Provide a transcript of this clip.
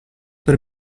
per